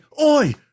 Oi